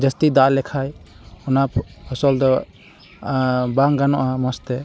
ᱡᱟᱹᱥᱛᱤᱭ ᱫᱟᱜ ᱞᱮᱠᱷᱟᱱ ᱚᱱᱟ ᱯᱷᱚᱥᱚᱞᱫᱚ ᱵᱟᱝ ᱜᱟᱱᱚᱜᱼᱟ ᱢᱚᱡᱽᱛᱮ